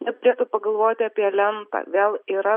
vertėtų pagalvoti apie lentą vėl yra